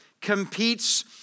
competes